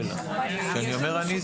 כשאני אומר אני,